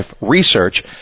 Research